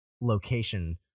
location